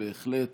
הם בהחלט